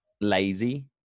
lazy